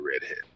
redhead